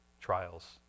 trials